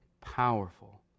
Powerful